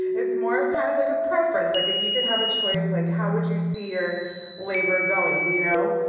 it's more of kind of, like, a preference. like, if you could have a choice, like, how would you see your labor going, you know?